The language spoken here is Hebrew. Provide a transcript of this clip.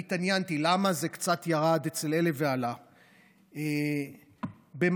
אני התעניינתי למה זה קצת ירד אצל אלה ועלה אצל אלה.